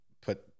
put